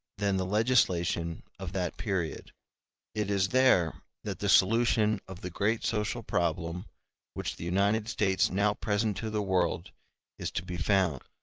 than the legislation of that period it is there that the solution of the great social problem which the united states now present to the world is to be found.